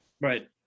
Right